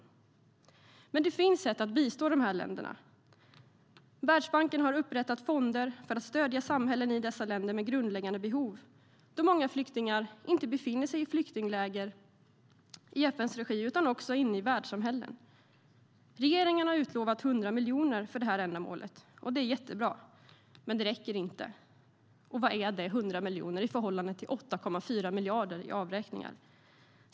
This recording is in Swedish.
Men det finns sätt att bistå de länderna. Världsbanken har upprättat fonder för att stödja samhällen i dessa länder med grundläggande behov då många flyktingar inte befinner sig i flyktingläger i FN:s regi utan också i värdsamhällen. Regeringen har utlovat 100 miljoner för det ändamålet. Det är jättebra, men det räcker inte. Och vad är 100 miljoner i förhållande till 8,4 miljarder i avräkningar?